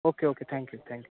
okay okay thank you thank you